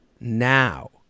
now